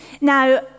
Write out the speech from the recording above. Now